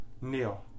Neil